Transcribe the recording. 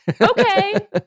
Okay